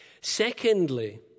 Secondly